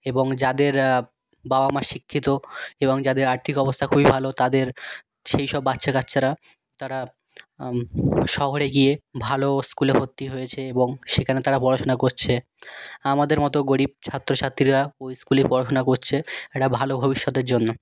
এবং যাদের বাবা মা শিক্ষিত এবং যাদের আর্থিক অবস্থা খুবই ভালো তাদের সেইসব বাচ্চা কাচ্চারা তারা শহরে গিয়ে ভালো স্কুলে ভর্তি হয়েছে এবং সেখানে তারা পড়াশোনা করছে আমাদের মতো গরিব ছাত্র ছাত্রীরা ওই স্কুলেই পড়াশোনা করছে একটা ভালো ভবিষ্যতের জন্য